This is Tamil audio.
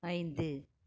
ஐந்து